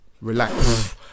Relax